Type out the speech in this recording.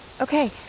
Okay